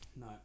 no